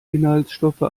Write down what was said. inhaltsstoffe